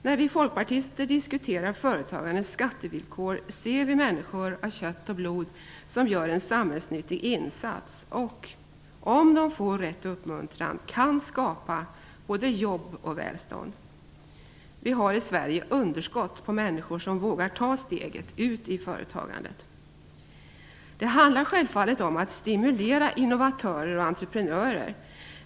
När vi folkpartister diskuterar företagandets skattevillkor ser vi människor av kött blod som gör en samhällsnyttig insats och om de får rätt uppmuntran kan skapa både jobb och välstånd. Vi har i Sverige underskott på människor som vågar ta steget ut i företagandet. Det handlar självfallet om att stimulera innovatörer och entreprenörer.